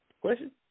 Question